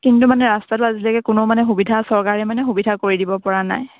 কিন্তু মানে ৰাস্তাটো আজিলৈকে কোনো মানে সুবিধা চৰকাৰে মানে সুবিধা কৰি দিব পৰা নাই